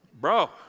Bro